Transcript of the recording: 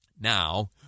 now